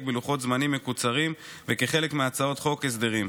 בלוחות זמנים מקוצרים וכחלק מהצעות חוק הסדרים.